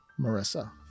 Marissa